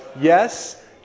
Yes